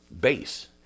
base